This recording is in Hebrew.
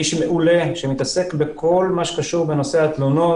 איש מעולה שמתעסק בכל מה שקשור בנושא התלונות.